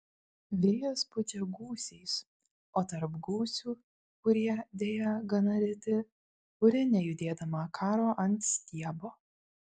vėjas pučia gūsiais o tarp gūsių kurie deja gana reti burė nejudėdama karo ant stiebo